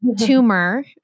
tumor